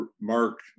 mark